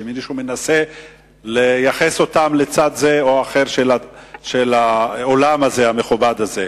שמישהו מנסה לייחס אותם לצד זה או אחר של האולם המכובד הזה,